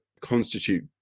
constitute